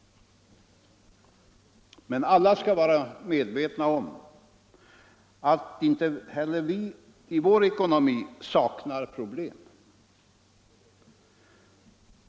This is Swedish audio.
Men alla, skall vara medvetna om att inte heller vi i vår ekonomi saknar problem.